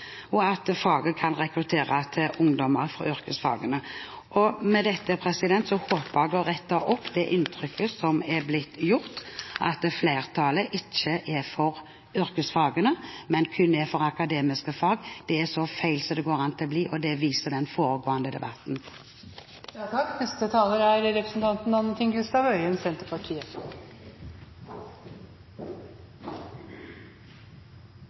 og at faget kan rekruttere ungdommer til yrkesfagene. Med dette håper jeg å rette opp det inntrykket som er blitt gitt av at flertallet ikke er for yrkesfagene, men kun er for akademiske fag. Det er så feil som det går an å bli, og det viser den foregående debatten. Jeg måtte bare ta ordet etter at representanten